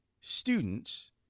students